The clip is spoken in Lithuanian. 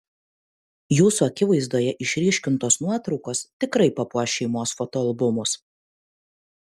jūsų akivaizdoje išryškintos nuotraukos tikrai papuoš šeimos fotoalbumus